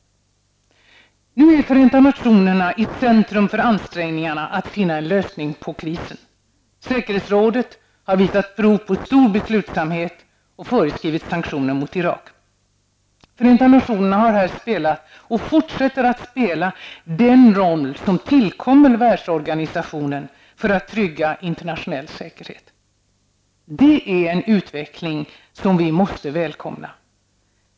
Förenta nationerna står nu i centrum för ansträngningar att finna en lösning på krisen. Säkerhetsrådet har visat prov på stor beslutsamhet och föreskrivit sanktioner mot Irak. FN har här spelat och fortsätter att spela den roll som tillkommer världsorganisationen för att trygga internationell säkerhet. Detta är en utveckling som vi måste välkomna.